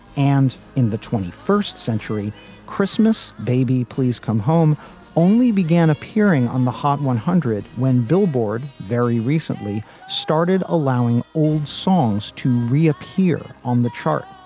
and in the twenty first century christmas baby, please come home only began appearing on the hot one hundred when billboard very recently started allowing old songs to reappear on the chart.